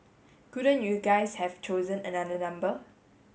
couldn't you guys have chosen another number